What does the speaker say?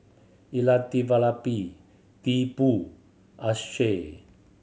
Elattuvalapil Tipu Akshay